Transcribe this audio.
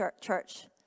church